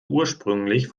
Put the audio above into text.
ursprünglich